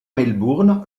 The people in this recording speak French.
melbourne